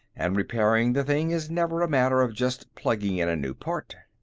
and repairing the thing is never a matter of just plugging in a new part.